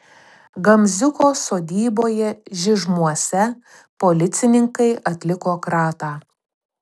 gamziuko sodyboje žižmuose policininkai atliko kratą